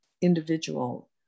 individual